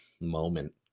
moment